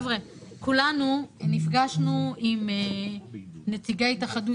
כולנו נפגשנו עם נציגי ההתאחדות.